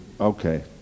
Okay